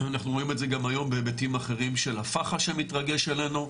אנחנו רואים את זה גם היום בהיבטים אחרים של הפח"ע שמתרגש עלינו,